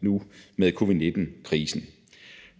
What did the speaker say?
nu med covid-19-krisen.